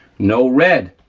no red,